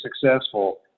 successful